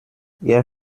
ihr